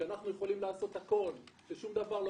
אנחנו יכולים לעשות הכול ושום דבר לא